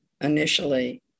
initially